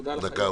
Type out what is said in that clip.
תודה לכם.